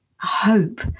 hope